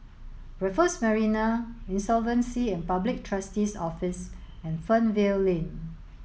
Raffles Marina Insolvency and Public Trustee's Office and Fernvale Lane